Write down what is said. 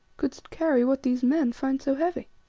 couldst carry what these men find so heavy?